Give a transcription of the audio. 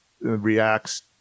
reacts